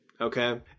okay